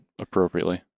appropriately